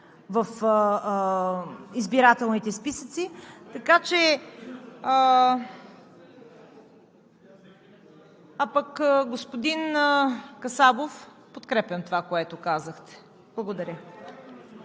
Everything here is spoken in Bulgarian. в избирателните списъци. А пък, господин Касабов, подкрепям това, което казахте. Благодаря.